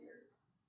years